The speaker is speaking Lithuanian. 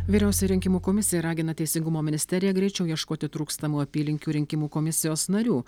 vyriausia rinkimų komisija ragina teisingumo ministeriją greičiau ieškoti trūkstamų apylinkių rinkimų komisijos narių